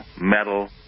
metal